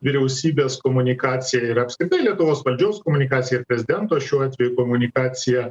vyriausybės komunikacija ir apskritai lietuvos valdžios komunikacija ir prezidento šiuo atveju komunikacija